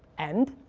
and?